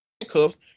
handcuffs